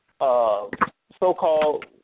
so-called